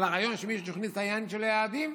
הרעיון שמישהו הכניס את העניין של היעדים.